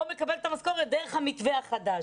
או מקבל את המשכורת דרך המתווה החדש.